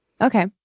Okay